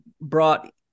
brought